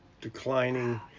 declining